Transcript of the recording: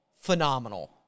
phenomenal